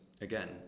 again